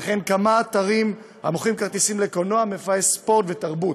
וכן כמה אתרים המוכרים כרטיסים לקולנוע ולמופעי ספורט ותרבות.